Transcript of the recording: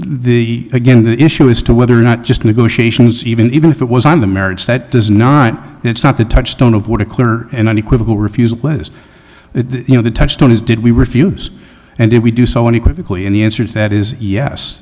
the again the issue as to whether or not just negotiations even even if it was on the merits that does not that's not the touchstone of what a clear and unequivocal refusal is it you know the touchstone is did we refuse and if we do so any quickly any answer to that is yes